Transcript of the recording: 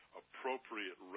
appropriate